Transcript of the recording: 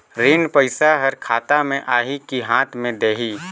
ऋण पइसा हर खाता मे आही की हाथ मे देही?